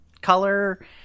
color